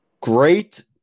Great